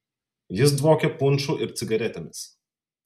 jis dvokė punšu ir cigaretėmis